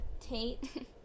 Tate